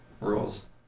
Rules